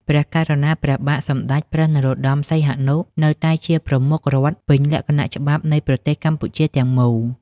ព្រះករុណាព្រះបាទសម្តេចព្រះនរោត្តម សីហនុ នៅតែជាប្រមុខរដ្ឋ ពេញលក្ខណៈច្បាប់ នៃប្រទេសកម្ពុជាទាំងមូល។